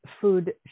food